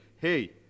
hey